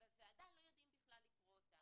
בוועדה לא יודעים לקרוא אותם.